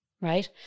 right